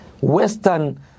Western